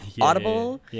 audible